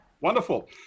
Wonderful